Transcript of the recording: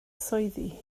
swyddi